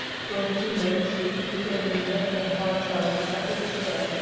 for a few minutes the two children wept their hearts out in utter despair,